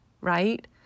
right